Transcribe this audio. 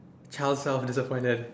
child self disappointed